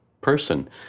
person